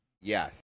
Yes